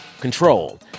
Control